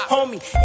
Homie